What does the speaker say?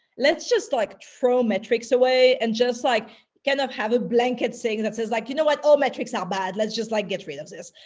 let's just, like, throw metrics away and just like kind of have a blanket saying that says, like, you know what, all metrics are ah bad. let's just like get rid of this.